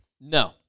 No